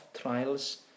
trials